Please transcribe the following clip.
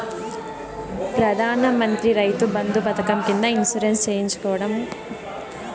ప్రధాన మంత్రి రైతు బంధు పథకం కింద ఇన్సూరెన్సు చేయించుకోవడం కోవడం వల్ల కలిగే లాభాలు ఏంటి?